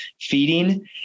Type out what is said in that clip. feeding